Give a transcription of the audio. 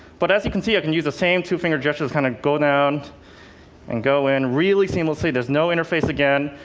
but as you can see, i can use the same two-fingered gestures to kind of go down and go in really seamlessly. there's no interface, again.